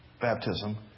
baptism